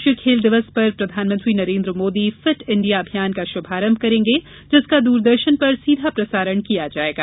राष्ट्रीय खेल दिवस पर प्रधानमंत्री नरेन्द्र मोदी फिट इंडिया अभियान का शुभारंभ करेंगे जिसका दूरदर्शन पर सीधा प्रसारण किया जाएगा